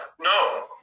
No